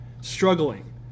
struggling